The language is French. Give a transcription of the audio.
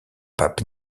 pape